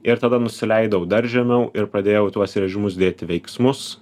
ir tada nusileidau dar žemiau ir pradėjau į tuos režimus dėti veiksmus